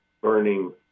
burning